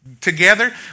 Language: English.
together